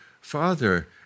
father